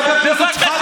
חבר הכנסת שחאדה,